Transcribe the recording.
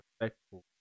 respectful